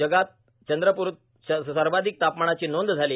जगात चंद्रपूरच्या सर्वाधिक तापमानाची नोंद झाली